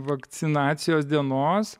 vakcinacijos dienos